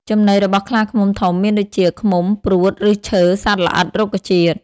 ចំណីរបស់ខ្លាឃ្មុំធំមានដូចជា ឃ្មុំ ព្រួត ឫសឈើ សត្វល្អិត រុក្ខជាតិ។